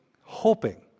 hoping